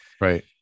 right